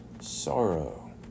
sorrow